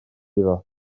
iddo